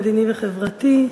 המדיני והחברתי,